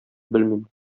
белмим